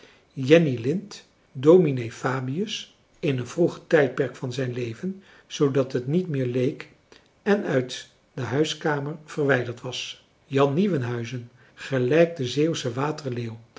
jenny lind dominee fabius in een vroeger tijdperk van zijn leven zoodat het niet meer leek en uit de huiskamer verwijderd was jan nieuwenhuizen gelijk de zeeuwsche